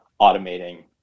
automating